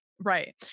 right